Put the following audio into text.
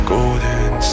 Golden